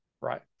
Right